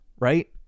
right